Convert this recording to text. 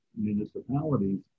municipalities